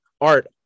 art